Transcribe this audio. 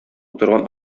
утырган